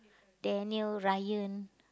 Daniel Ryan